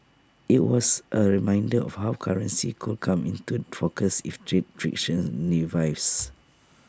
IT was A reminder of how currency could come into focus if trade friction revives